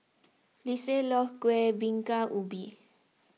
Lisette loves Kuih Bingka Ubi